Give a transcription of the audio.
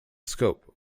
scope